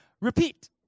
repeat